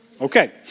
Okay